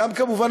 כמובן,